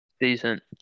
Decent